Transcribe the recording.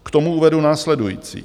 K tomu uvedu následující.